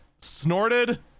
Snorted